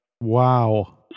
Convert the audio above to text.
Wow